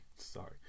Sorry